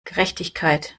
gerechtigkeit